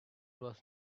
was